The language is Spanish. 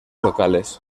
locales